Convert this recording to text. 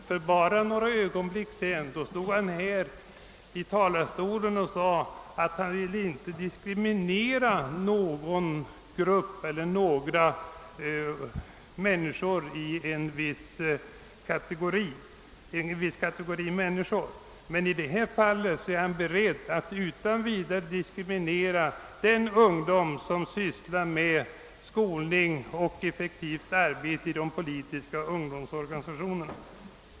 För en kort stund sedan sade han från denna talarstol att han inte ville diskriminera någon grupp eller någon viss kategori människor, men nu är han beredd att utan vidare diskriminera den ungdom som sysslar med skolning och effektivt samhällsarbete i de politiska ungdomsorganisationerna.